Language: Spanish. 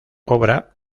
obra